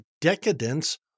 decadence